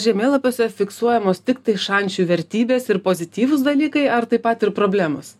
žemėlapiuose fiksuojamos tiktai šančių vertybės ir pozityvūs dalykai ar taip pat ir problemos